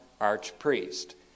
archpriest